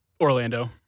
Orlando